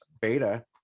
Beta